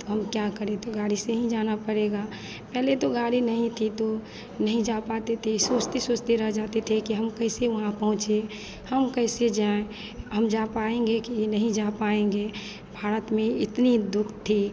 तो हम क्या करें तो गाड़ी से ही जाना पड़ेगा पहले तो गाड़ी नहीं थी तो नहीं जा पाते थे सोचते सोचते रह जाते थे कि हम कैसे वहाँ पहुँचे हम कैसे जाएँ हम जा पाएँगे कि नहीं जा पाएँगे भारत में इतनी दुख थी